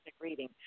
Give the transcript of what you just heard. reading